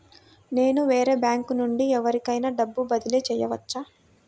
నేను వేరే బ్యాంకు నుండి ఎవరికైనా డబ్బు బదిలీ చేయవచ్చా?